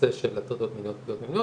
הנושא של הטרדות מיניות ופגיעות מיניות,